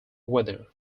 weather